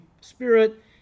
Spirit